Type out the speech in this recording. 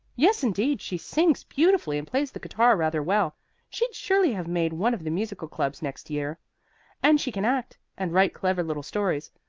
yes, indeed. she sings beautifully and plays the guitar rather well she'd surely have made one of the musical clubs next year and she can act, and write clever little stories.